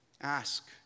Ask